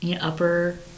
upper